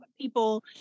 people